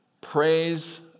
Praise